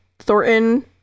thornton